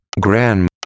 Grandma